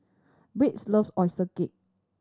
Wade's loves oyster cake